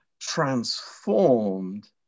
transformed